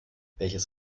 welches